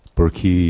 Porque